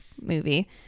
movie